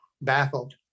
baffled